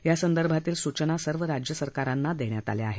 या संदर्भातल्या सूचना सर्व राज्यसरकारांना देण्यात आल्या आहेत